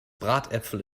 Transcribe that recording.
bratäpfel